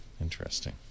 Interesting